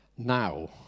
Now